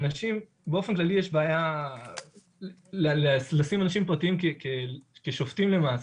באופן כללי יש בעיה לשים אנשים פרטיים כשופטים למעשה.